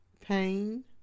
pain